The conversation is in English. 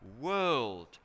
world